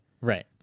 Right